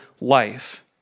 life